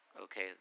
Okay